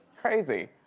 crazy.